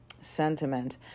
sentiment